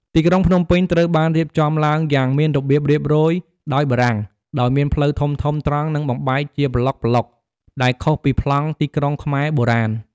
ទីក្រុងភ្នំពេញត្រូវបានរៀបចំឡើងយ៉ាងមានរបៀបរៀបរយដោយបារាំង ដោយមានផ្លូវធំៗត្រង់ និងបំបែកជាប្លុកៗ ដែលខុសពីប្លង់ទីក្រុងខ្មែរបុរាណ។